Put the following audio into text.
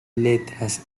letras